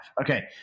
Okay